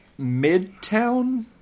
midtown